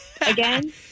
again